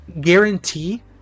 guarantee